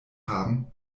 haben